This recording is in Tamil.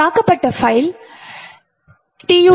எனவே தாக்கப்பட்ட பைல் TUT2